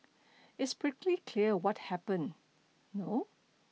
it's pretty clear what happened no